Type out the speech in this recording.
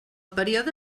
període